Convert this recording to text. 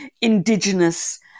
indigenous